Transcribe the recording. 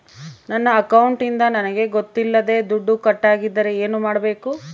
ನನ್ನ ಅಕೌಂಟಿಂದ ನನಗೆ ಗೊತ್ತಿಲ್ಲದೆ ದುಡ್ಡು ಕಟ್ಟಾಗಿದ್ದರೆ ಏನು ಮಾಡಬೇಕು?